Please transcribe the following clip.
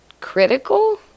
Critical